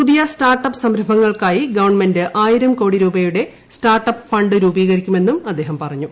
പുതിയ സ്റ്റാർട്ടപ് സംരംഭങ്ങൾക്കായി ഗവൺമെന്റ ആയിരം കോടി രൂപയുടെ സ്റ്റാർട്ടപ് ഫണ്ട് രൂപീകരിക്കുമെന്നും അദ്ദേഹം പറഞ്ഞു